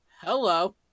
hello